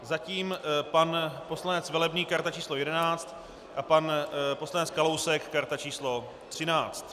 Zatím pan poslanec Velebný, karta číslo 11, a pan poslanec Kalousek, karta číslo 13.